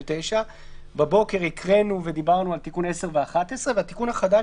9. בבוקר הקראנו ודיברנו על תיקון 10 ו-11 והתיקון החדש